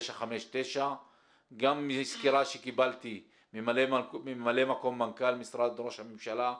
גם מסקירה שקיבלנו מממלא מקום מנכ"ל משרד ראש הממשלה,